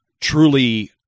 truly